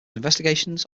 investigations